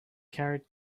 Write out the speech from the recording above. carried